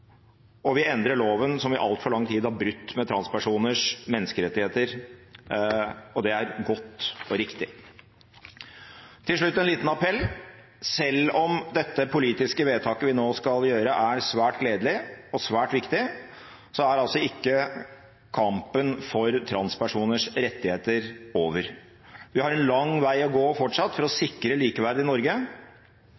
og vi endrer loven som i altfor lang tid har brutt med transpersoners menneskerettigheter. Det er godt og riktig. Til slutt en liten appell: Selv om dette politiske vedtaket vi nå skal gjøre, er svært gledelig og svært viktig, er ikke kampen for transpersoners rettigheter over. Vi har fortsatt en lang vei å gå for å